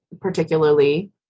particularly